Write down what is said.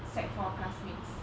sec four classmates